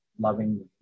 loving